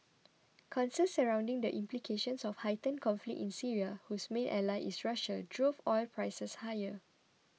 concerns surrounding the implications of heightened conflict in Syria whose main ally is Russia drove oil prices higher